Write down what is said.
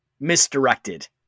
misdirected